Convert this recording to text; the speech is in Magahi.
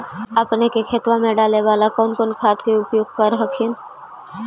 अपने के खेतबा मे डाले बाला कौन कौन खाद के उपयोग कर हखिन?